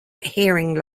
hearing